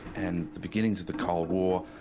and the beginnings of the cold war,